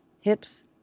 hips